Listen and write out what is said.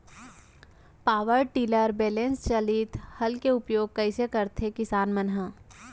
Power tiller बैलेंस चालित हल के उपयोग कइसे करथें किसान मन ह?